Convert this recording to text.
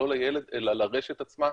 לא לילד אלא לרשת עצמה,